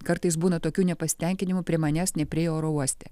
kartais būna tokių nepasitenkinimų prie manęs nepriėjo oro uoste